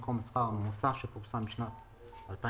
במקום השכר הממוצע האחרון שפורסם בשנת 2021."